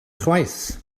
ychwaith